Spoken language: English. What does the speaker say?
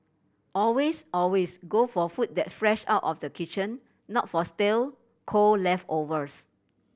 always always go for food that's fresh out of the kitchen not for stale cold leftovers